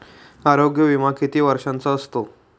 आरोग्य विमा किती वर्षांचा असतो?